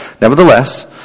Nevertheless